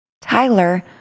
Tyler